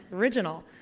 original!